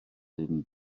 ddim